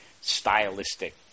stylistic